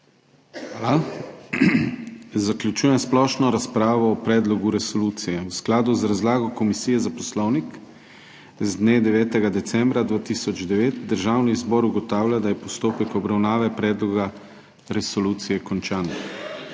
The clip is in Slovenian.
Hvala. Zaključujem splošno razpravo o predlogu resolucije. V skladu z razlago Komisije za poslovnik z dne 9. decembra 2009, Državni zbor ugotavlja, da je postopek obravnave predloga resolucije končan.